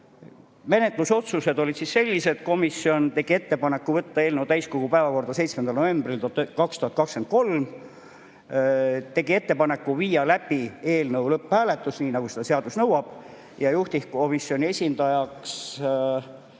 arutada. Menetlusotsused olid sellised. Komisjon tegi ettepaneku võtta eelnõu täiskogu päevakorda 7. novembril 2023. Tegime ettepaneku viia läbi eelnõu lõpphääletus, nii nagu seda seadus nõuab, ja juhtivkomisjoni esindajaks